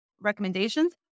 recommendations